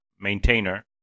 maintainer